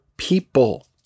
People